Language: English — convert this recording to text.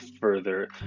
further